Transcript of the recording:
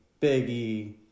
Biggie